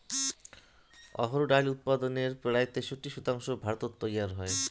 অহর ডাইল উৎপাদনের পরায় তেষট্টি শতাংশ ভারতত তৈয়ার হই